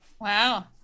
wow